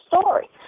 story